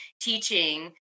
teaching